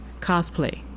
cosplay